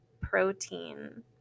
protein